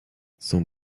son